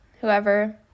whoever